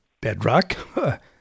bedrock